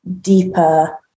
deeper